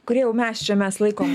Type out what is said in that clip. kurie jau mes čia mes laikom